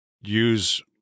use